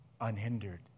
unhindered